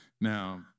Now